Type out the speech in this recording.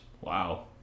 Wow